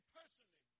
personally